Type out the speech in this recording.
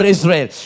Israel